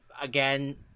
again